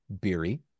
Beery